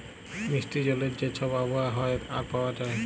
মিষ্টি জলের যে ছব আবহাওয়া হ্যয় আর পাউয়া যায়